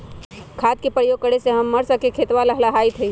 खाद के प्रयोग करे से हम्मर स के खेतवा लहलाईत हई